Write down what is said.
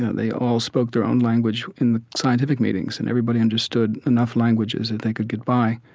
they all spoke their own language in the scientific meetings and everybody understood enough languages that they could get by.